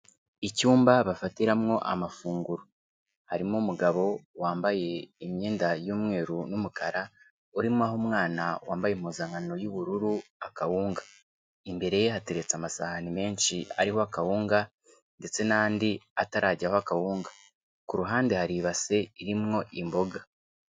Icyumba bafatiramo amafunguro. Harimo umugabo wambaye imyenda y'umweru n'umukara, urimo aha umwana wambaye impuzankano y'ubururu akawunga. Imbere ye hateretse amasahani menshi ariho akawunga, ndetse n'andi atarajyaho akawunga. Ku ruhande hari ibase irimwo imboga.